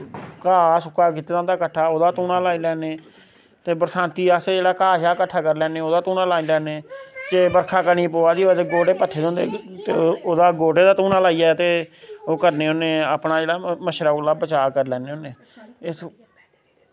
घाह् सुक्का कीता दा होंदा कट्ठा ओह्दा धूनां लाई लैन्ने ते बरसातीं अस जेह्ड़ा घाह् शाह् कट्ठा करी लैन्ने ओह्दा धूनां लाई लैन्ने ते बर्खा कनी पवा दी होऐ ते गोह्टे पत्थे दे होंदे ते ओह्दा गोह्टे दा धूनां लाइयै ते ओह् करने होन्ने अपना जेह्ड़ा मच्छरै कोला बचाऽ करी लैन्ने होन्ने इस